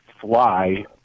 fly